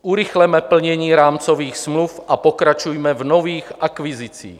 Urychleme plnění rámcových smluv a pokračujme v nových akvizicích.